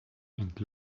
and